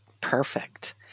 Perfect